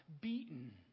beaten